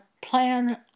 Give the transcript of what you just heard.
plan